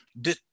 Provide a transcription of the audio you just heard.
de